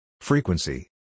Frequency